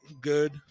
good